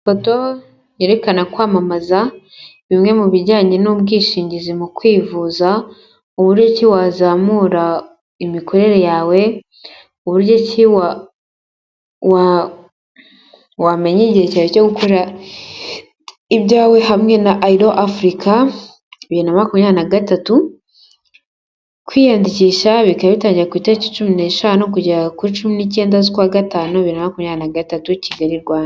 Yerekana kwamamaza bimwe mu bijyanye n'ubwishingizi mu kwivuza uburyoki wazamura imikorere yawe buryo ki wamenya igihe ibyawe hamwe na iro Africa makumyabiri na gatatu kwiyandikishaba bitangira ku itariki cumi n'eshanu kugera kuri cumi n'icyenda z'ukwa gatanu makumyabirigatatu Kigali/Rwanda.